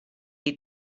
eat